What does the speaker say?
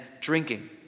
drinking